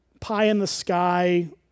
pie-in-the-sky